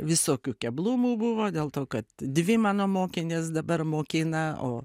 visokių keblumų buvo dėl to kad dvi mano mokinės dabar mokina o